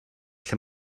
lle